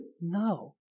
no